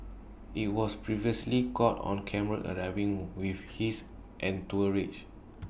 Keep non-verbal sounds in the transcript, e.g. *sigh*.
he was previously caught on camera arriving *unintelligible* with his entourage